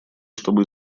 чтобы